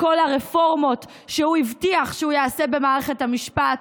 כל הרפורמות שהוא הבטיח שהוא יעשה במערכת המשפט.